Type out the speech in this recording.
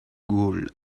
gold